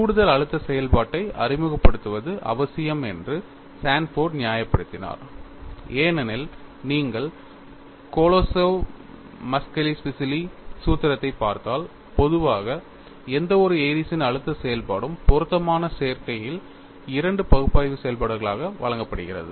கூடுதல் அழுத்த செயல்பாட்டை அறிமுகப்படுத்துவது அவசியம் என்று சான்ஃபோர்ட் நியாயப்படுத்தினார் ஏனெனில் நீங்கள் கொலோசோவ் மஸ்கெலிஷ்விலி சூத்திரத்தைப் பார்த்தால் பொதுவாக எந்தவொரு ஏரிஸ்ன் Airy's அழுத்த செயல்பாடும் பொருத்தமான சேர்க்கைகளில் இரண்டு பகுப்பாய்வு செயல்பாடுகளாக வழங்கப்படுகிறது